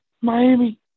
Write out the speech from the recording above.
Miami